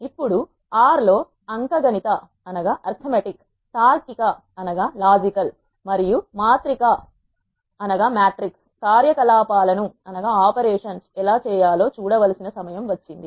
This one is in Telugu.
ఇప్పుడు ఆర్ R లో అంక గణిత తార్కిక మరియు మాత్రిక కార్యకలాపాలను ఎలా చేయాలో చూడ వలసిన సమయం వచ్చింది